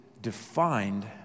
defined